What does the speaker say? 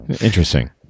Interesting